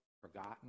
forgotten